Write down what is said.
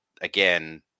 again